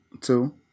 two